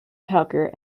tucker